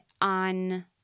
on